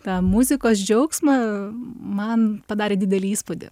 tą muzikos džiaugsmą man padarė didelį įspūdį